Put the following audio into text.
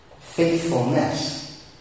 Faithfulness